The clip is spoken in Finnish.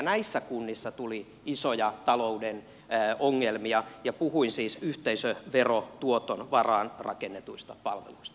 näissä kunnissa tuli isoja talouden ongelmia ja puhuin siis yhteisöverotuoton varaan rakennetuista palveluista